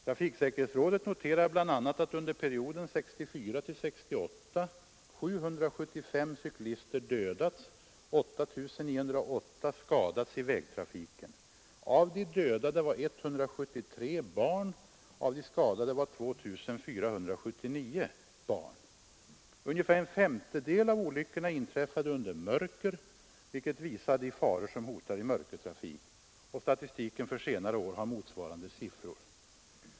Trafiksäkerhetsrådet framhåller bl.a. att under perioden 1964—1968 775 cyklister dödats och 8 908 skadats i vägtrafiken. Av de dödade var 173 barn och av de skadade var 2479 barn. Ungefär en femtedel av olyckorna inträffade under mörker, vilket visar de faror som hotar i mörkertrafik. Statistiken för senare år uppvisar motsvarande siffror.